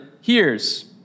hears